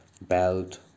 belt